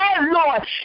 Lord